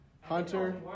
Hunter